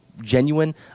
genuine